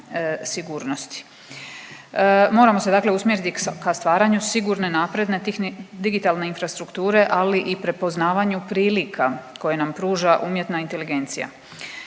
sigurnosti. Moramo se dakle usmjeriti ka stvaranju sigurne, napredne digitalne infrastrukture ali i prepoznavanju prilika koje nam pruža umjetna inteligencija.